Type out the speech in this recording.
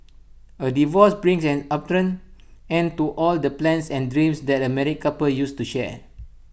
A divorce brings an abrupt end to all the plans and dreams that A married couple used to share